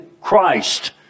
Christ